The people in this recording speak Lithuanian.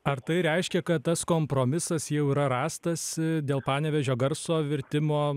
ar tai reiškia kad tas kompromisas jau yra rastas dėl panevėžio garso virtimo